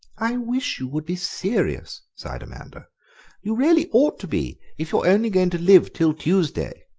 i wish you would be serious, sighed amanda you really ought to be if you're only going to live till tuesday.